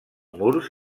murs